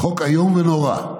חוק איום ונורא.